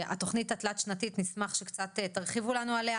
התוכנית התלת שנתית נשמח שקצת תרחיבו לנו עליה